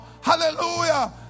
Hallelujah